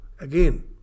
again